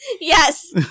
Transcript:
Yes